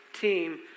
team